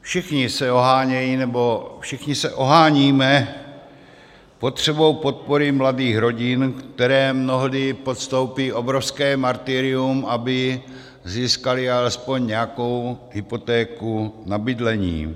Všichni se ohánějí, nebo všichni se oháníme potřebou podpory mladých rodin, které mnohdy podstoupí obrovské martyrium, aby získaly alespoň nějakou hypotéku na bydlení.